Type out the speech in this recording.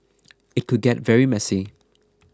it could get very messy